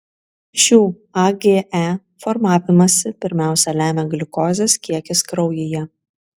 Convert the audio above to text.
šių age formavimąsi pirmiausia lemia gliukozės kiekis kraujyje